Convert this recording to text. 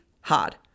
hard